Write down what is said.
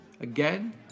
again